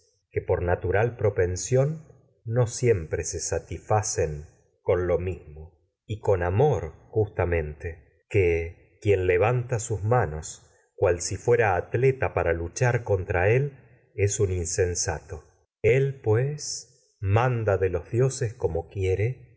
no hombres natural y propensión siempre se satisfacen con lo mismo con amor cier las traquinias tamente que quien levanta sus manos cual si fuera atleta para de luchar contra él los es un insensato el pues y manda dioses como quiere